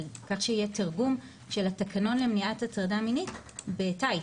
על כך שיהיה תרגום של התקנון למניעת הטרדה מינית בתאית,